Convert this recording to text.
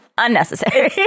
unnecessary